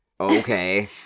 Okay